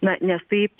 na nes taip